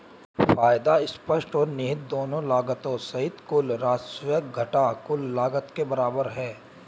फायदा स्पष्ट और निहित दोनों लागतों सहित कुल राजस्व घटा कुल लागत के बराबर है